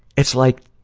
it's like,